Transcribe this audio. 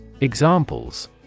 Examples